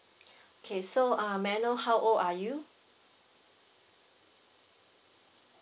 okay so uh may I know how old are you